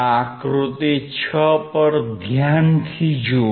આ આકૃતિ 6 પર ધ્યાનથી જુઓ